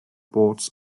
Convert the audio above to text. boards